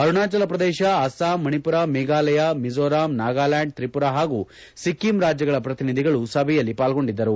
ಅರುಣಾಚಲ ಪ್ರದೇಶ ಅಸ್ಪಾಂ ಮಣಿಪುರ ಮೇಫಾಲಯ ಮಿಜೋರಾಂ ನಾಗಾಲ್ಯಾಂಡ್ ತ್ರಿಪುರಾ ಹಾಗೂ ಸಿಕ್ಕಿಂ ರಾಜ್ಯಗಳ ಪ್ರತಿನಿಧಿಗಳು ಸಭೆಯಲ್ಲಿ ಪಾಲ್ಗೊಂಡಿದ್ದರು